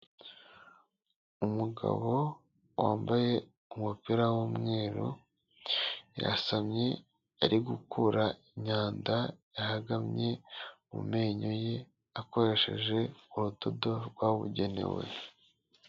Umugabo wambaye umupira w'umweru, yasamye ari gukura imyanda yahagamye mu menyo ye, akoresheje urudodo rwabugenewe.